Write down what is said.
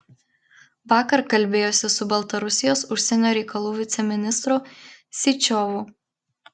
vakar kalbėjosi su baltarusijos užsienio reikalų viceministru syčiovu